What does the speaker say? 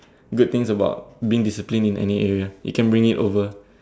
good things about being disciplined in any area you can bring it over